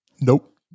Nope